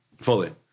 Fully